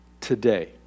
today